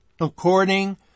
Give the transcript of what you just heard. according